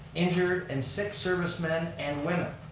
injured, and sick servicemen and women.